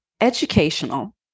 educational